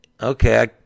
okay